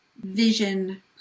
vision